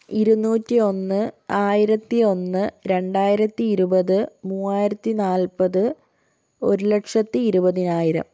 ഇരുന്നൂറ്റി ഒന്ന് ആയിരത്തി ഒന്ന് രണ്ടായിരത്തി ഇരുപത് മൂവായിരത്തി നാൽപ്പത് ഒരു ലക്ഷത്തി ഇരുപതിനായിരം